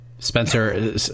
Spencer